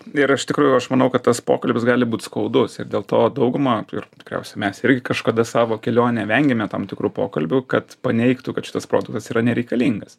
ir iš tikrųjų aš manau kad tas pokalbis gali būt skaudus ir dėl to dauguma ir tikriausiai mes irgi kažkada savo kelionėj vengėme tam tikrų pokalbių kad paneigtų kad šitas produktas yra nereikalingas